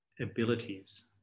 abilities